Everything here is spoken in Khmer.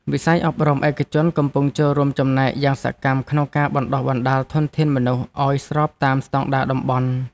វិស័យអប់រំឯកជនកំពុងចូលរួមចំណែកយ៉ាងសកម្មក្នុងការបណ្តុះបណ្តាលធនធានមនុស្សឱ្យស្របតាមស្តង់ដារតំបន់។